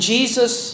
Jesus